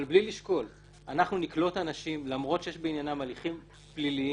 אבל ברגע שנקלוט אנשים בלי לשקול בכלל למרות שיש בעניינם הליכים פליליים